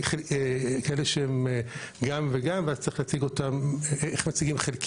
כאלו שהם גם וגם ואז צריך להציג אותם חלקית.